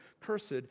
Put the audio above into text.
Cursed